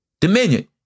Dominion